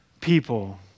people